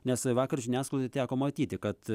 nes vakar žiniasklaidoj teko matyti kad